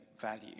value